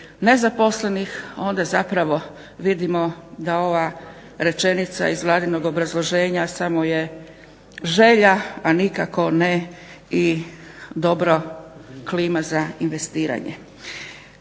nezaposlenih onda zapravo vidimo da ova rečenica iz vladinog obrazloženja samo je želja a nikako ne i dobra klima za investiranje.